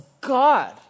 God